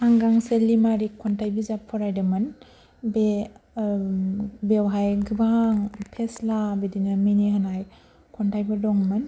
आं गांसे लिमारिक खन्थाइ बिजाब फरायदोंमोन बे बेवहाय गोबां फेस्ला बिदिनो मिनि होनाय खन्थाइफोर दंमोन